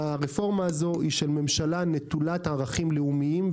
הרפורמה הזאת היא של ממשלה נטולת ערכים לאומיים,